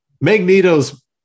Magneto's